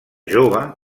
jove